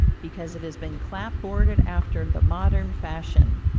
because it has been clapboarded after the modern fashion.